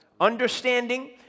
Understanding